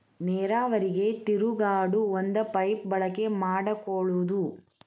ನೇರಾವರಿಗೆ ತಿರುಗಾಡು ಒಂದ ಪೈಪ ಬಳಕೆ ಮಾಡಕೊಳುದು